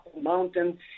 mountain